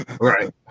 Right